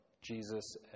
Jesus